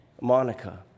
Monica